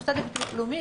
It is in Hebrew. עם מוסד לביטוח הלאומי,